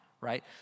right